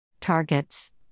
Targets